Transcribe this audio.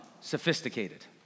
sophisticated